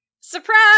Surprise